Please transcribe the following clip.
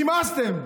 נמאסתם.